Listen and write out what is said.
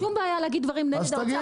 אין לי שום בעיה להגיד דברים נגד האוצר.